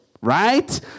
right